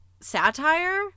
satire